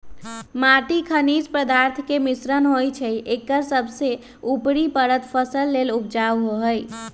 माटी खनिज पदार्थ के मिश्रण होइ छइ एकर सबसे उपरी परत फसल लेल उपजाऊ होहइ